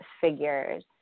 figures